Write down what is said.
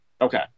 Okay